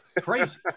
Crazy